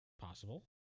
Possible